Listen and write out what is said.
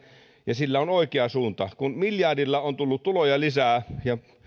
ja sillä on oikea suunta kun miljardilla on tullut tuloja lisää